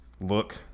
Look